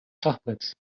schachbretts